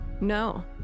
no